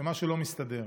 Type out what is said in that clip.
שמשהו לא מסתדר.